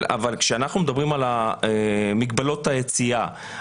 אבל כשאנחנו מדברים על מגבלות היציאה,